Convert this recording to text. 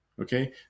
Okay